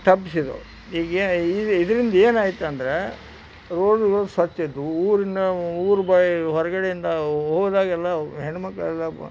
ತಪ್ಪಿಸಿದ್ರು ಈಗೇನು ಇದು ಇದರಿಂದ ಏನಾಯ್ತಂದರೆ ರೋಡುಗಳು ಸ್ವಚ್ಛ ಇದ್ದವು ಊರಿನ ಊರು ಬೈ ಹೊರಗಡೆಯಿಂದ ಹೋದಾಗೆಲ್ಲ ಹೆಣ್ಣುಮಕ್ಳೆಲ್ಲ